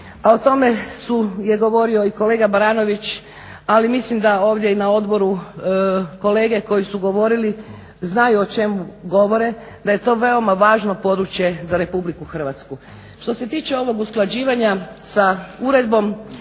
o tome su, je govorio i kolega Baranović ali mislim da ovdje i na odboru kolege koji su govori znaju o čemu govore da je to veoma važno područje za Republiku Hrvatsku. Što se tiče ovog usklađivanja sa uredbom